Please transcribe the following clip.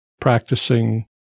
practicing